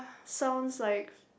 sounds like